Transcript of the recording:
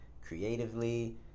Creatively